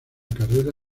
carrera